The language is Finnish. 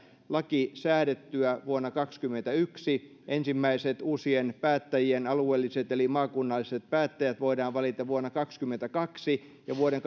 laki säädettyä vuonna kaksikymmentäyksi ensimmäiset uusien päättäjien alueelliset eli maakunnalliset päättäjät voidaan valita vuonna kaksikymmentäkaksi ja vuoden